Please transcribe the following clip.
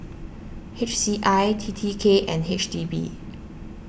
H C I T T K and H D B